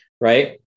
right